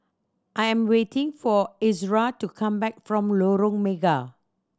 I am waiting for Ezra to come back from Lorong Mega